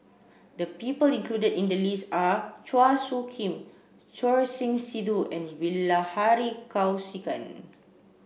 the people included in the list are Chua Soo Khim Choor Singh Sidhu and Bilahari Kausikan